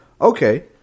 Okay